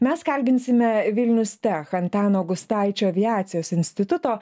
mes kalbinsime vilnius tech antano gustaičio aviacijos instituto